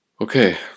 okay